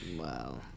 Wow